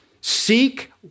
Seek